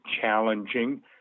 challenging